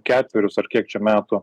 ketverius ar kiek čia metų